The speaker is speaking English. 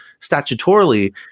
statutorily